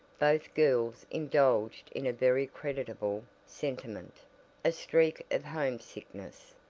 both girls indulged in a very creditable sentiment a streak of homesickness.